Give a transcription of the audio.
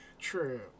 true